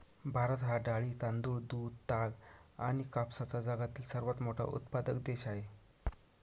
भारत हा डाळी, तांदूळ, दूध, ताग आणि कापसाचा जगातील सर्वात मोठा उत्पादक देश आहे